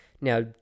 Now